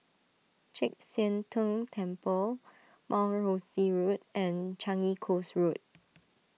Chek Sian Tng Temple Mount Rosie Road and Changi Coast Road